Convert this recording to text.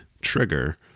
trigger